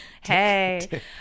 Hey